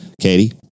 Katie